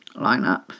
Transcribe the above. lineup